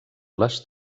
les